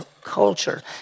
culture